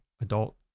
adult